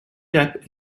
depp